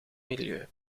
milieu